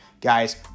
Guys